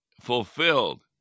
fulfilled